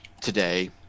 today